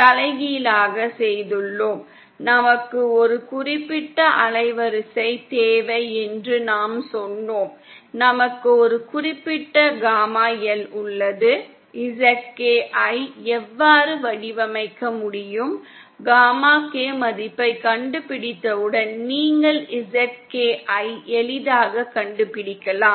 தலைகீழாக செய்துள்ளோம் நமக்கு ஒரு குறிப்பிட்ட அலைவரிசை தேவை என்று நாம் சொன்னோம் நமக்கு ஒரு குறிப்பிட்ட காமா L உள்ளது ZK ஐ எவ்வாறு வடிவமைக்க முடியும் காமா K மதிப்பைக் கண்டுபிடித்தவுடன் நீங்கள் ZK ஐ எளிதாகக் கண்டுபிடிக்கலாம்